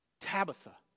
Tabitha